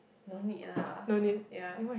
no need lah ya